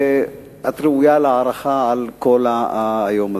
ואת ראויה להערכה על כל היום הזה.